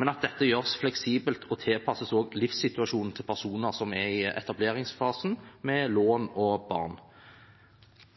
men at dette gjøres fleksibelt og tilpasses også livssituasjonen til personer som er i etableringsfasen, med lån og barn.